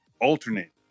alternate